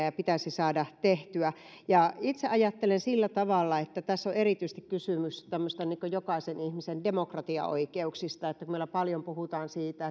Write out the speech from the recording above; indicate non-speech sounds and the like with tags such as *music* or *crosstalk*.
*unintelligible* ja pitäisi saada tehtyä itse ajattelen sillä tavalla että tässä on erityisesti kysymys tämmöisistä jokaisen ihmisen demokratiaoikeuksista meillä paljon puhutaan siitä *unintelligible*